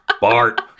Bart